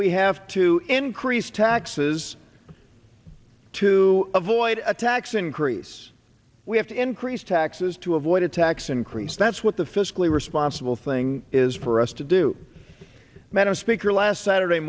we have to increase taxes to avoid a tax increase we have to increase taxes to avoid a tax increase that's what the fiscally responsible thing is for us to do madam speaker last saturday